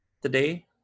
Today